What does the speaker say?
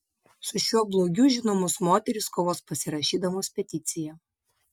su šiuo blogiu žinomos moterys kovos pasirašydamos peticiją